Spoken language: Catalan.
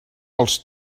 els